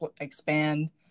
expand